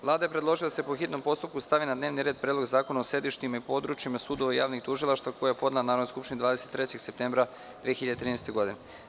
Vlada je predložila da se po hitnom postupku stavi na dnevni red Predlog zakona o sedištima i područjima sudova i javnih tužilaštava koji je podnela Narodnoj skupštini 23. septembra 2013. godine.